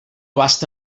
basta